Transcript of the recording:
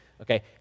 okay